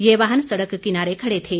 ये वाहन सड़क किनारे खड़े थे